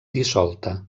dissolta